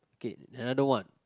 okay another one